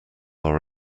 are